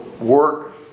work